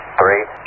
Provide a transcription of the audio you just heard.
three